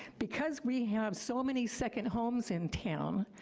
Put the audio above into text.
because we have so many second homes in town,